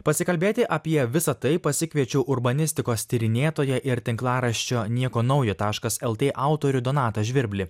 pasikalbėti apie visa tai pasikviečiau urbanistikos tyrinėtojo ir tinklaraščio nieko naujo taškas lt autorių donatą žvirblį